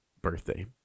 birthday